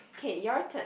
okay your turn